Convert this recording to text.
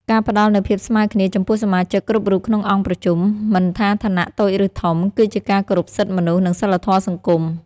ការផ្តល់នូវ "ភាពស្មើគ្នា" ចំពោះសមាជិកគ្រប់រូបក្នុងអង្គប្រជុំ មិនថាឋានៈតូចឬធំ គឺជាការគោរពសិទ្ធិមនុស្ស និងសីលធម៌សង្គម។